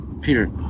Peter